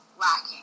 lacking